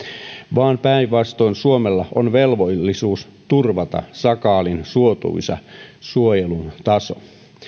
vaan päinvastoin suomella on velvollisuus turvata sakaalin suotuisa suojelun taso